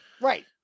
Right